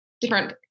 different